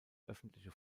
öffentliche